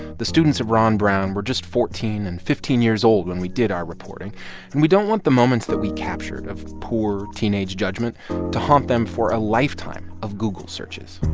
the students of ron brown were just fourteen and fifteen years old when we did our reporting. and we don't want the moments that we captured of poor teenage judgment to haunt them for a lifetime of google searches